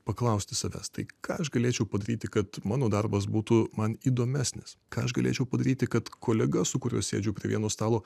paklausti savęs tai ką aš galėčiau padaryti kad mano darbas būtų man įdomesnis ką aš galėčiau padaryti kad kolega su kuriuo sėdžiu prie vieno stalo